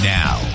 now